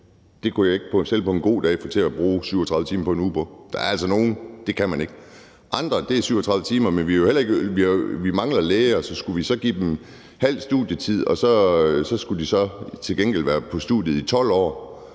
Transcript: det kunne jeg ikke selv på en god dag bruge 37 timer på en uge på? Det kan man ikke. For andre er det 37 timer. Vi mangler læger. Skulle vi så give dem halv studietid, og så skulle de til gengæld være på studiet i 12 år?